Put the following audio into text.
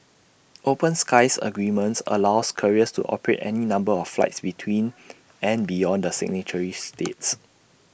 open skies agreements allows carriers to operate any number of flights between and beyond the signatory states